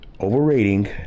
overrating